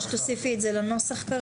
אני מבקשת שתוסיפי את זה לנוסח כרגע.